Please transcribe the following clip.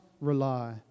rely